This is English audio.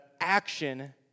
action